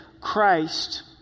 Christ